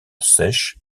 sèche